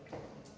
Tak.